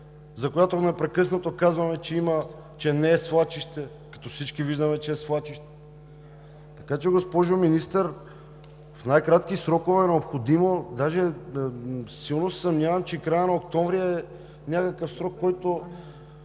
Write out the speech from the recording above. за която непрекъснато казваме, че не е свлачище, като всички виждаме, че е свлачище?! Така че, госпожо Министър, в най-кратки срокове е необходимо, даже силно се съмнявам, че краят на октомври е някакъв срок, който